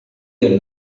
your